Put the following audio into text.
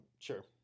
Sure